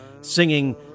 singing